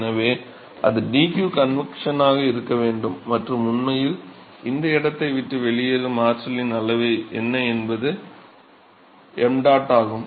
எனவே அது dq convection ஆக இருக்க வேண்டும் மற்றும் உண்மையில் இந்த இடத்தை விட்டு வெளியேறும் ஆற்றலின் அளவு என்ன என்பது ṁ ஆகும்